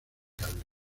cables